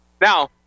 Now